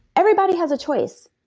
everybody has a choice.